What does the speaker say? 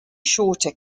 shorter